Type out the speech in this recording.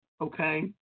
Okay